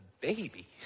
baby